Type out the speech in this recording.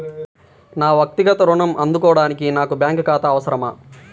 నా వక్తిగత ఋణం అందుకోడానికి నాకు బ్యాంక్ ఖాతా అవసరమా?